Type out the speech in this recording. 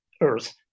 Earth